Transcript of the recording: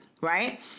right